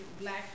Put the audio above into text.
black